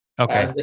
Okay